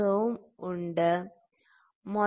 64 3